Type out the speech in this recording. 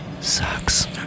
sucks